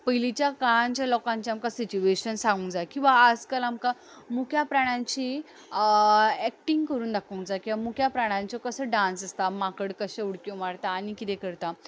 पयलींच्या काळांचें लोकांचें आमकां सिट्युएशन सांगूंक जाय किंवां आजकाल आमकां मुख्या प्राण्याची अॅक्टिंग करून दाखोवंक जाय किंवां मुख्या प्राण्यांचो कसो डांस आसता माकड कश्यो उडक्यो मारता आनी कितें करता